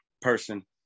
person